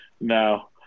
No